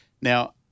Now